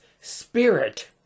spirit